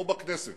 פה בכנסת